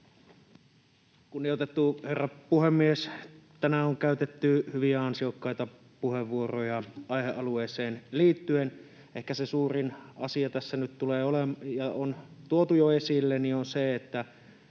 Kunnioitettu herra puhemies! Tänään on käytetty hyviä ja ansiokkaita puheenvuoroja aihealueeseen liittyen. Ehkä se suurin asia tässä nyt — joka on tuotu jo esille — on se, että